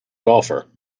golfer